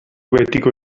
betiko